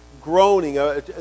groaning